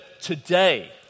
today